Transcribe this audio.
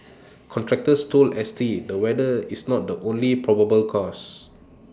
contractors told S T the weather is not the only probable cause